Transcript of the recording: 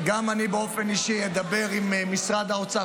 -- ולכן גם אני באופן אישי אדבר עם משרד האוצר,